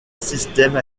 systèmes